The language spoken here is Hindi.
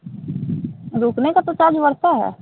रुकने का तो चार्ज बढ़ता है